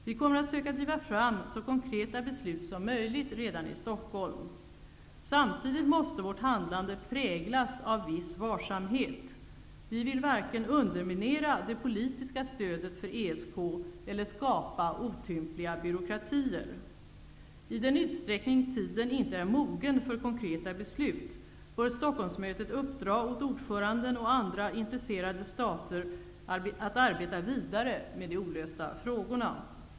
Vi kommer att söka driva fram så konkreta beslut som möjligt redan i Stockholm. Samtidigt måste vårt handlande präglas av viss varsamhet. Vi vill varken underminera det politiska stödet för ESK eller skapa otympliga byråkratier. I den utsträckning tiden inte är mogen för konkreta beslut, bör Stockholmsmötet uppdra åt ordföranden och andra intresserade stater att arbeta vidare med de olösta frågorna.